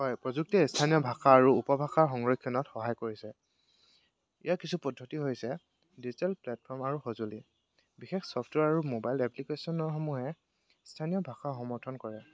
হয় প্ৰযুক্তি স্থানীয় ভাষা আৰু উপভাষাৰ সংৰক্ষণত সহায় কৰিছে ইয়াৰ কিছু পদ্ধতি হৈছে ডিজিটেল প্লেটফৰ্ম আৰু সঁজুলি বিশেষ ছফ্টৱেৰ আৰু মোবাইল এপ্লিকেশ্যনসমূহে স্থানীয় ভাষা সমৰ্থন কৰে